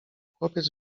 chłopiec